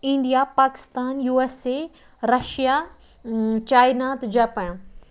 India Pakistan U S A Russia China تہٕ Japan